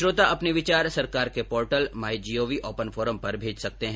श्रोता अपने विचार सरकार के portal my GOV open forum पर भेज सकते है